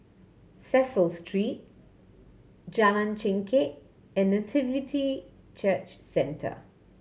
Cecil Street Jalan Chengkek and Nativity Church Centre